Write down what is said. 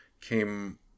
came